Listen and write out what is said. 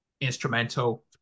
Instrumental